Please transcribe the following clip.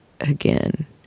again